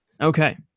Okay